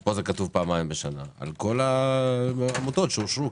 פה כתוב: פעמיים בשנה על כל העמותות שאושרו,